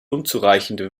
unzureichende